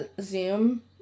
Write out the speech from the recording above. Zoom